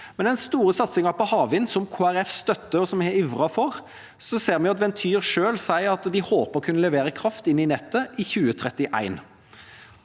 den store satsingen på havvind, som Kristelig Folkeparti støtter og har ivret for, ser vi at Ventyr selv sier at de håper å kunne levere kraft inn i nettet i 2031.